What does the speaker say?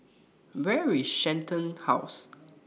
Where IS Shenton House